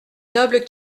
nobles